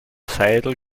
seidel